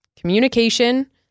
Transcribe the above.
communication